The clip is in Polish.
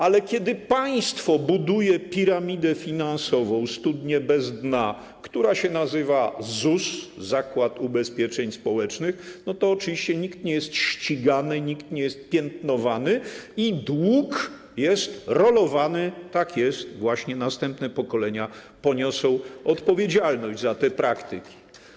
Ale kiedy państwo buduje piramidę finansową, studnię bez dna, która się nazywa ZUS, Zakład Ubezpieczeń Społecznych, to oczywiście nikt nie jest ścigany, nikt nie jest piętnowany i dług jest rolowany, tak jest, i właśnie następne pokolenia poniosą odpowiedzialność za te praktyki.